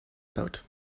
about